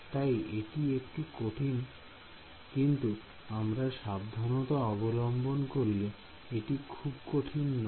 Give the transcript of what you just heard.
তাই এটি একটু কঠিন কিন্তু আমরা সাবধানতা অবলম্বন করলে এটি খুব কঠিন নয়